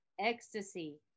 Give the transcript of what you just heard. ecstasy